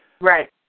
Right